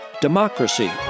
democracy